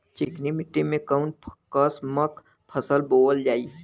चिकनी मिट्टी में कऊन कसमक फसल बोवल जाई?